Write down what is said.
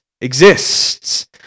exists